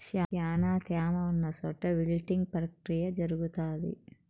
శ్యానా త్యామ ఉన్న చోట విల్టింగ్ ప్రక్రియ జరుగుతాది